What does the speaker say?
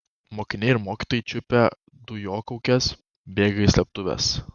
mokiniai ir mokytojai čiupę dujokaukes bėga į slėptuves